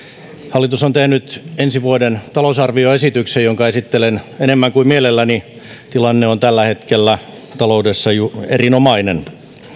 hallitus on tehnyt ensi vuoden talousarvioesityksen jonka esittelen enemmän kuin mielelläni tilanne on tällä hetkellä taloudessa erinomainen